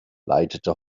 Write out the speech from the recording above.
leitete